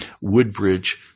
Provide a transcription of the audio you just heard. Woodbridge